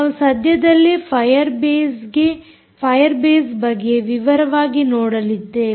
ನಾವು ಸದ್ಯದಲ್ಲೇ Firebase ಬಗ್ಗೆ ವಿವರವಾಗಿ ನೋಡಲಿದ್ದೇವೆ